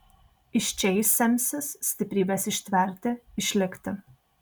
iš čia jis semsis stiprybės ištverti išlikti